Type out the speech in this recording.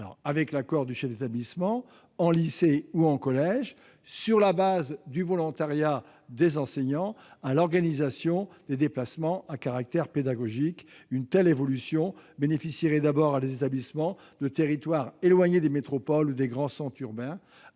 avec l'accord du chef d'établissement et sur la base du volontariat des enseignants, à l'organisation des déplacements à caractère pédagogique ? Une telle évolution bénéficierait d'abord à des établissements de territoires éloignés des métropoles ou des grands centres urbains.